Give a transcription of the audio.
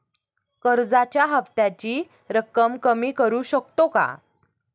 कर्जाच्या हफ्त्याची रक्कम कमी करू शकतो का?